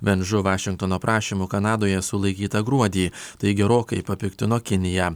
bendžu vašingtono prašymu kanadoje sulaikyta gruodį tai gerokai papiktino kiniją